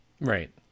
Right